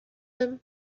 him